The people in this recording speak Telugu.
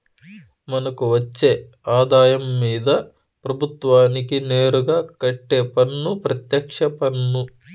మనకు వచ్చే ఆదాయం మీద ప్రభుత్వానికి నేరుగా కట్టే పన్ను పెత్యక్ష పన్ను